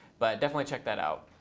but definitely check that out.